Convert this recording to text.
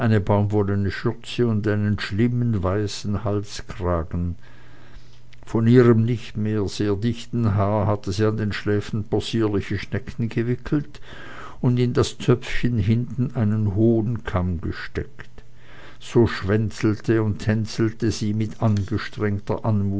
eine baumwollene schürze und einen schlimmen weißen halskragen von ihrem nicht mehr dichten haar hatte sie an den schläfen possierliche schnecken gewickelt und in das zöpfchen hinten einen hohen kamm gesteckt so schwänzelte und tänzelte sie mit angestrengter